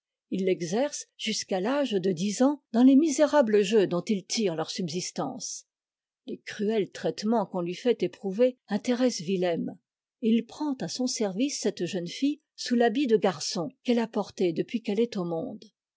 ils l'exercent jusqu'à l'âge de dix ans dans les misérables jeux dont ils tirent leur subsistance les cruels traitements qu n lui fait éprouver intéressent wilhelm et il prend à son service cette jeune fille sous l'habit de garçon qu'elle a porté depuis qu'elle est au monde